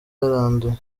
yaranduye